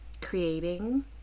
creating